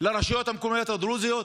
לרשויות המקומיות הדרוזיות?